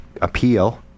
appeal